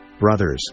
brothers